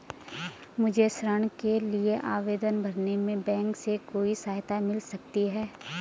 मुझे ऋण के लिए आवेदन भरने में बैंक से कोई सहायता मिल सकती है?